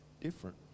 different